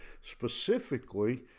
specifically